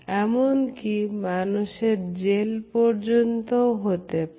এমনকি মানুষের জেল পর্যন্ত হতে পারে